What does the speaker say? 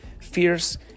fierce